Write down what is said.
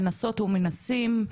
מנסות ומנסים,